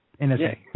NSA